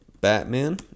Batman